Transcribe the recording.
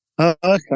Okay